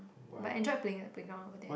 but enjoying playing the playground but that